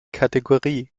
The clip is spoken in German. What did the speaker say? kategorie